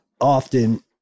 often